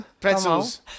pretzels